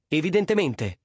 evidentemente